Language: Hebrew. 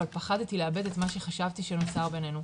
אבל פחדתי לאבד את מה שחשבתי שנוצר ביננו,